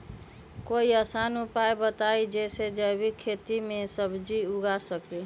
कोई आसान उपाय बताइ जे से जैविक खेती में सब्जी उगा सकीं?